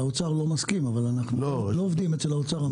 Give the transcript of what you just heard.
האוצר לא מסכים אבל אנחנו לא עובדים אצל האוצר.